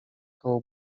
koło